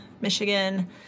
Michigan